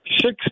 six